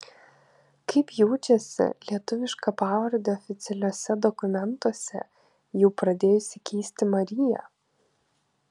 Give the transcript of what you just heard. kaip jaučiasi lietuvišką pavardę oficialiuose dokumentuose jau pradėjusi keisti marija